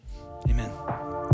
Amen